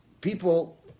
people